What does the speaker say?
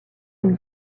une